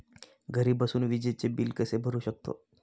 घरी बसून विजेचे बिल कसे भरू शकतो?